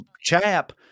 chap